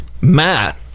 Matt